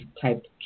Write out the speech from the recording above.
type